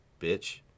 bitch